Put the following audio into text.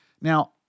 Now